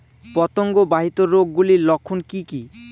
পতঙ্গ বাহিত রোগ গুলির লক্ষণ কি কি?